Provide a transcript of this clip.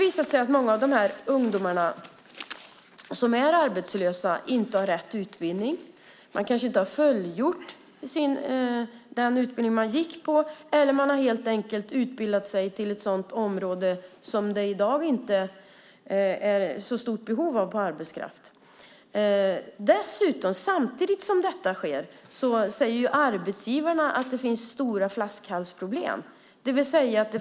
Många av de arbetslösa ungdomarna har inte rätt utbildning. De kanske inte har fullgjort sin utbildning eller utbildat sig till något som det inte är så stor efterfrågan på. Samtidigt säger arbetsgivarna att det finns stora flaskhalsproblem.